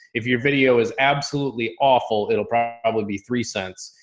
if your video is absolutely awful, it'll probably probably be three cents.